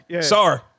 Sorry